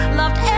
loved